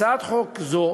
הצעת חוק זו